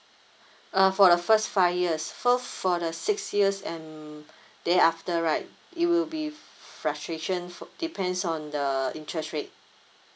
uh for the first five years so for the six years and thereafter right it will be fluctuation depends on the interest rate